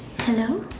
hello